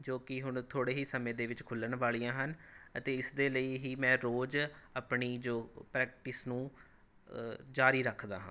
ਜੋ ਕਿ ਹੁਣ ਥੋੜ੍ਹੇ ਹੀ ਸਮੇਂ ਦੇ ਵਿੱਚ ਖੁੱਲ੍ਹਣ ਵਾਲੀਆਂ ਹਨ ਅਤੇ ਇਸ ਦੇ ਲਈ ਹੀ ਮੈਂ ਰੋਜ਼ ਆਪਣੀ ਜੋ ਪਰੈਕਟਿਸ ਨੂੰ ਜਾਰੀ ਰੱਖਦਾ ਹਾਂ